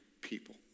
people